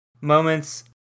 moments